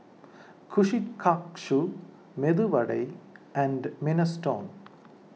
Kushikatsu Medu Vada and Minestrone